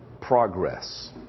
progress